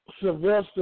Sylvester